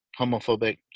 homophobic